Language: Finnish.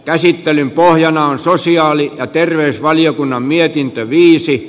käsittelyn pohjana on sosiaali ja terveysvaliokunnan mietintö